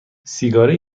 سیگاری